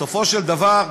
בסופו של דבר,